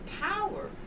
power